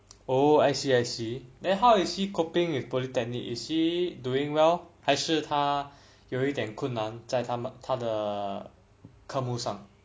oh I see I see then how is he coping with polytechnic is he doing well 还是他有一点困难在他们他的科目上